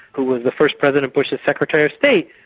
who was the first president bush's secretary of state,